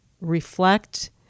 reflect